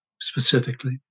specifically